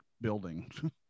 building